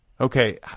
Okay